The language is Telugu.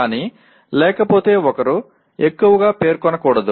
కానీ లేకపోతే ఒకరు ఎక్కువగా పేర్కొనకూడదు